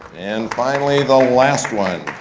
and finally the last one.